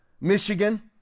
Michigan